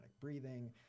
breathing